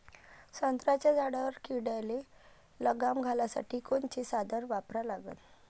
संत्र्याच्या झाडावर किडीले लगाम घालासाठी कोनचे साधनं वापरा लागन?